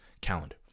calendar